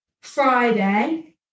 friday